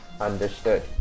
Understood